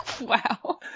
Wow